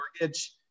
Mortgage